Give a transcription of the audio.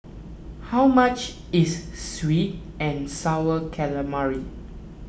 how much is Sweet and Sour Calamari